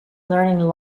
learning